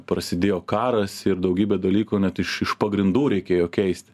prasidėjo karas ir daugybė dalykų net iš iš pagrindų reikėjo keisti